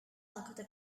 lakota